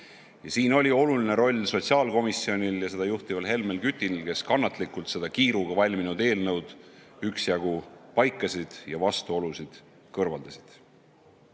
Siin oli oluline roll sotsiaalkomisjonil ja seda juhtival Helmen Kütil, kes kannatlikult seda kiiruga valminud eelnõu üksjagu paikasid ja vastuolusid kõrvaldasid. Kindlasti